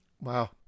Wow